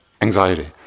anxiety